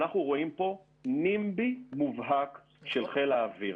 אנחנו רואים פה נמב"י מובהק של חיל האוויר.